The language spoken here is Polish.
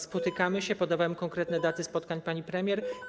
Spotykamy się, podawałem konkretne daty spotkań pani premier.